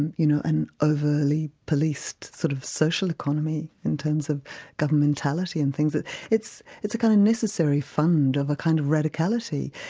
you know, an overly policed sort of social economy, in terms of governmentality and things. ah it's it's a kind of necessary fund of a kind of radicality,